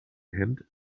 hand